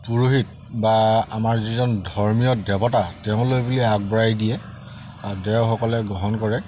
পুৰোহিত বা আমাৰ যিজন ধৰ্মীয় দেৱতা তেওঁলৈ বুলি আগবঢ়াই দিয়ে দেওসকলে গ্ৰহণ কৰে